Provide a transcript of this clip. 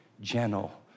gentle